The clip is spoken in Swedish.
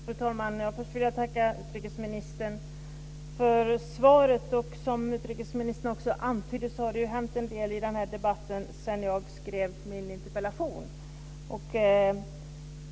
Fru talman! Först vill jag tacka utrikesministern för svaret. Som utrikesministern antydde har det hänt en del i debatten om det här ämnet sedan jag skrev min interpellation.